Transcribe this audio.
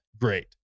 great